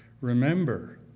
Remember